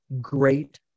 great